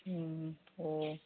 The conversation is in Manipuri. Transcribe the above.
ꯎꯝ ꯑꯣ